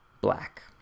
black